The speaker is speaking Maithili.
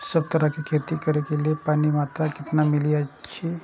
सब तरहक के खेती करे के लेल पानी के मात्रा कितना मिली अछि?